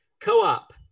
Co-op